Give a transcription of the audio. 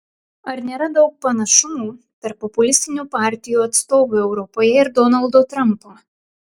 ar nėra daug panašumų tarp populistinių partijų atstovų europoje ir donaldo trumpo